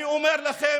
אני אומר לכם,